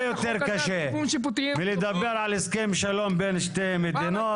יותר קשה מלדבר על הסכם שלום בין שתי מדינות.